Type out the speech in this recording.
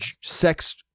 sex